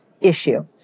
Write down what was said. issue